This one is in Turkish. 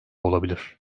olabilir